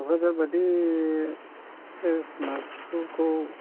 थुख्राजारबादि एसे स्मार्ट स्कुलखौ